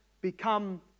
become